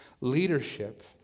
leadership